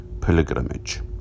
pilgrimage